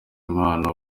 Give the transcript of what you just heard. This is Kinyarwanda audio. impano